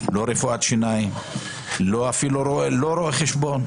רפואת שיניים ואפילו לא בבחינות של רואי החשבון.